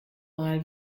mal